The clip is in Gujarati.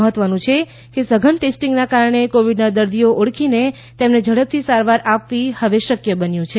મહત્વનું છે કે સધન ટેસ્ટીંગનાં કારણે કોવિડનાં દર્દીઓ ઓળખીને તેમને ઝડપથી સારવાર આપવી હવે શક્ય બન્યું છે